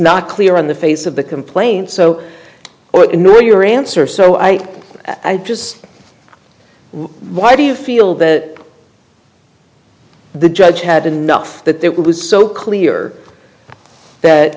not clear on the face of the complaint so or ignore your answer so i just why do you feel that the judge had enough that there was so clear that